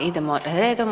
Idemo redom.